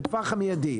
בטווח המיידי,